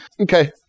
Okay